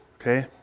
okay